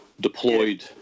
deployed